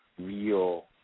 real